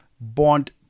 bond